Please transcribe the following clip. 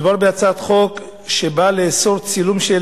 מדובר בהצעת חוק שבאה לאסור צילום של